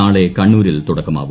നാളെ കണ്ണൂരിൽ തുടക്കമാവും